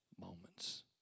moments